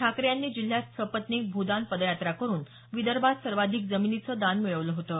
ठाकरे यांनी जिल्ह्यात सपत्नीक भूदान पदयात्रा करून विदर्भात सर्वाधिक जमिनीचं दान मिळवलं होतं